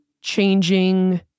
changing